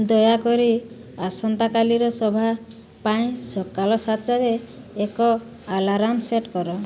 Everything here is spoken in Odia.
ଦୟାକରି ଆସନ୍ତାକାଲିର ସଭା ପାଇଁ ସକାଳ ସାତଟାରେ ଏକ ଆଲାର୍ମ ସେଟ୍ କର